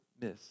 miss